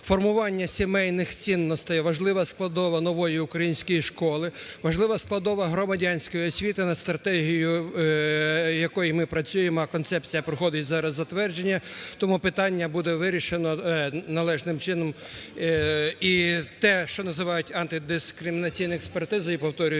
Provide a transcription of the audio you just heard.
Формування сімейних цінностей важлива складова нової української школи, важлива складова громадської освіти над стратегією, якою і ми працюємо, а концепція проходить зараз затвердження. Тому питання буде вирішено належним чином. І те, що називають антидискримінаційна експертиза, я повторюю,